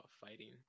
fighting